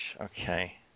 okay